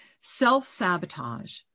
Self-sabotage